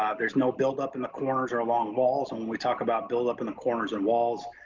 um there's no buildup in the corners or along walls. and when we talk about buildup in the corners and walls,